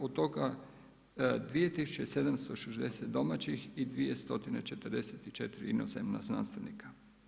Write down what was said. Od toga 2760 domaćih i 2044 inozemna znanstvenika.